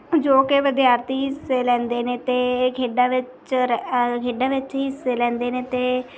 ਜੋ ਕਿ ਵਿਦਿਆਰਥੀ ਹਿੱਸੇ ਲੈਂਦੇ ਨੇ ਅਤੇ ਇਹ ਖੇਡਾਂ ਵਿੱਚ ਖੇਡਾਂ ਵਿੱਚ ਹਿੱਸੇ ਲੈਂਦੇ ਨੇ ਅਤੇ